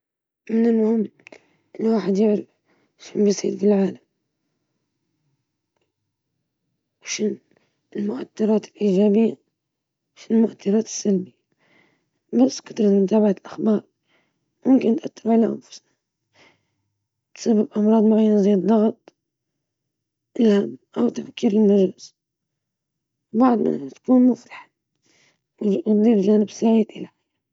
نعم، من المهم متابعة الأخبار بصفة عامة لأنها تساعد على البقاء على اطلاع بما يحدث في العالم، مميزاتها تشمل تعزيز الوعي الاجتماعي والسياسي وتوسيع المعرفة، بينما العيوب تشمل إمكانية التأثير السلبي على الحالة النفسية بسبب الأخبار السلبية أو المبالغ فيها.